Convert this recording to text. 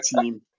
team